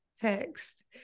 text